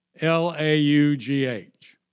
L-A-U-G-H